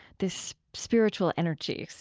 this spiritual energy. so